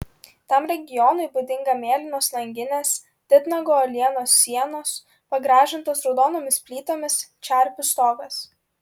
tam regionui būdinga mėlynos langinės titnago uolienos sienos pagražintos raudonomis plytomis čerpių stogas